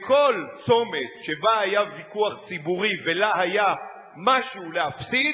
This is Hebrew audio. בכל צומת שבו היה ויכוח ציבורי ולה היה משהו להפסיד,